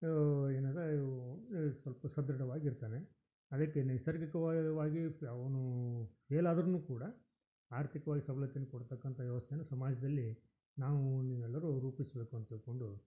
ಏನಾರೂ ಇವು ಸ್ವಲ್ಪ ಸದೃಢವಾಗಿ ಇರ್ತಾನೆ ಅದಕ್ಕೆ ನೈಸರ್ಗಿಕವಾಗಿ ಅವ್ನು ಫೇಲ್ ಆದ್ರು ಕೂಡ ಅರ್ಥಿಕ್ವಾಗಿ ಸಬಲತೆಯನ್ನು ಕೊಡತಕ್ಕಂಥ ವ್ಯವಸ್ಥೆನು ಸಮಾಜದಲ್ಲಿ ನಾವು ನೀವು ಎಲ್ಲರೂ ರೂಪಿಸಬೇಕು ಅಂತ ಹೇಳಿಕೊಂಡು